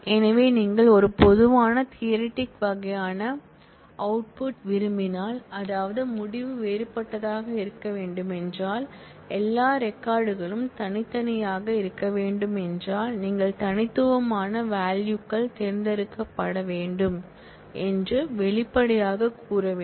எனவே நீங்கள் ஒரு பொதுவான தியரிட்டிக் வகையான அவுட்புட் விரும்பினால் அதாவது முடிவு வேறுபட்டதாக இருக்க வேண்டுமென்றால் எல்லா ரெக்கார்ட் களும் தனித்தனியாக இருக்க வேண்டும் என்றால் நீங்கள் தனித்துவமான வால்யூகள் தேர்ந்தெடுக்கப்பட வேண்டும் என்று வெளிப்படையாகக் கூற வேண்டும்